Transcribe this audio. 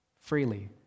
freely